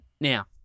Now